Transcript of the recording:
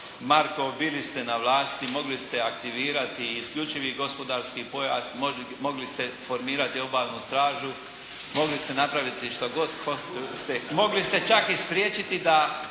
Markov bili ste na vlasti i mogli ste aktivirati isključivi gospodarski pojas, mogli ste formirati obalnu stražu, mogli ste napraviti što god ste, mogli ste čak i spriječiti da